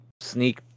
sneak